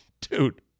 Dude